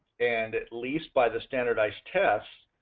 and at least by the standardized test,